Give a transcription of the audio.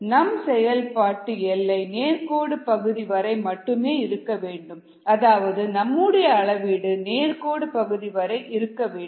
நம் செயல்பாட்டு எல்லை நேர்கோடு பகுதி வரை மட்டுமே இருக்க வேண்டும் அதாவது நம்முடைய அளவீடு நேர்கோடு பகுதி வரை இருக்க வேண்டும்